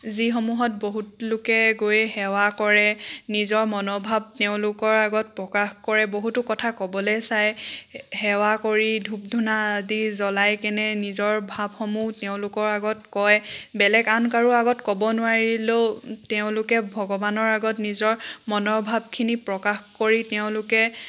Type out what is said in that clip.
যিসমূহত বহুত লোকে গৈ সেৱা কৰে নিজৰ মনৰ ভাৱ তেওঁলোকৰ আগত প্ৰকাশ কৰে বহুতো কথা ক'বলৈ চায় সেৱা কৰি ধূপ ধুনা আদি জলাইকেনে নিজৰ ভাৱসমূহ তেওঁলোকৰ আগত কয় বেলেগ আন কাৰো আগত ক'ব নোৱাৰিলেও তেওঁলোকে ভগৱানৰ আগত নিজৰ মনৰ ভাৱখিনি প্ৰকাশ কৰি তেওঁলোকে